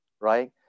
right